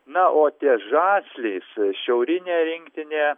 na o ties žasliais šiaurinė rinktinė